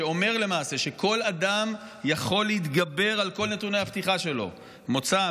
שאומר למעשה שכל אדם יכול להתגבר על כל נתוני הפתיחה שלו: מוצא,